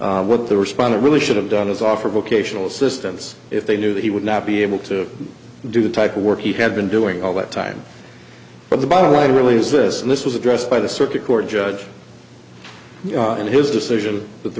with the respondent really should have done his offer vocational systems if they knew that he would not be able to do the type of work he had been doing all that time but the bottom line really is this and this was addressed by the circuit court judge in his decision that the